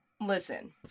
Listen